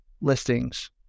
listings